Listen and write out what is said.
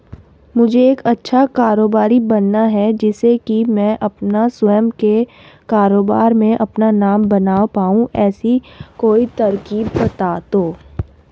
मुझे एक अच्छा कारोबारी बनना है जिससे कि मैं अपना स्वयं के कारोबार में अपना नाम बना पाऊं ऐसी कोई तरकीब पता दो?